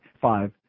five